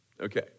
Okay